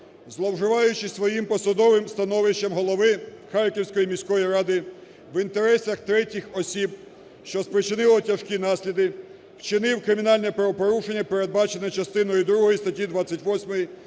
зловживаючи своїм посадовим становищем голови Харківської міської ради в інтересах третіх осіб, що сприщило тяжкі наслідки, вчинив кримінальне правопорушення, передбачене частиною другою статті